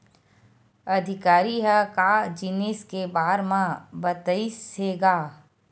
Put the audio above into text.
अधिकारी ह का जिनिस के बार म बतईस हे गा?